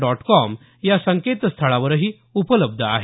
dot com या संकेतस्थळावरही उपलब्ध आहे